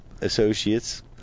associates